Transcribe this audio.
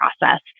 process